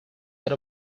that